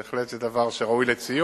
זה בהחלט דבר שראוי לציון.